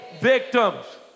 victims